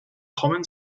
common